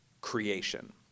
creation